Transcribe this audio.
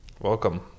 welcome